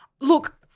Look-